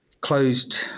closed